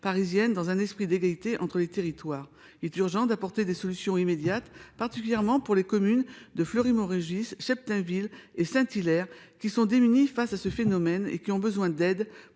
parisienne dans un esprit d'égalité des territoires. Aussi, il est urgent d'apporter des solutions immédiates, particulièrement pour les communes de Fleury-Mérogis, Cheptainville-Lardy et Saint-Hilaire, qui sont démunies face à ce phénomène et qui ont besoin d'aide